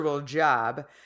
job